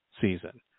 season